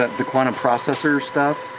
the quantum processor stuff,